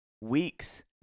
weeks